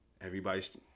Everybody's